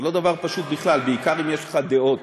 זה לא דבר פשוט בכלל, בעיקר אם יש לך דעות,